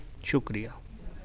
شکریہ